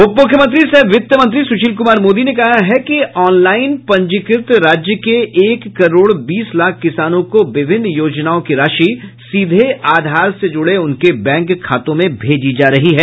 उप मुख्यमंत्री सह वित्त मंत्री सुशील कुमार मोदी ने कहा है कि ऑनलाइन पंजीकृत राज्य के एक करोड़ बीस लाख किसानों को विभिन्न योजनाओं की राशि सीधे आधार से जुड़े उनके बैंक खातों में भेजी जा रही है